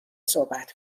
صحبت